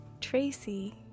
Tracy